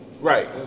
Right